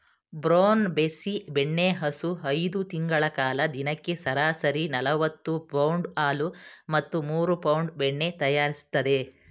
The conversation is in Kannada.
ಬ್ರೌನ್ ಬೆಸ್ಸಿ ಬೆಣ್ಣೆಹಸು ಐದು ತಿಂಗಳ ಕಾಲ ದಿನಕ್ಕೆ ಸರಾಸರಿ ನಲವತ್ತು ಪೌಂಡ್ ಹಾಲು ಮತ್ತು ಮೂರು ಪೌಂಡ್ ಬೆಣ್ಣೆ ತಯಾರಿಸ್ತದೆ